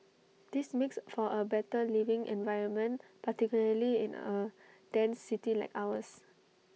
this makes for A better living environment particularly in A dense city like ours